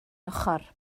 ochr